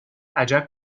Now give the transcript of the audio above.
عجب